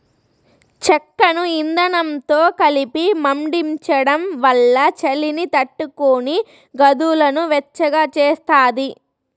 చెక్కను ఇందనంతో కలిపి మండించడం వల్ల చలిని తట్టుకొని గదులను వెచ్చగా చేస్తాది